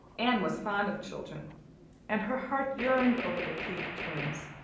anne was fond of children and her heart yearned over the keith twins.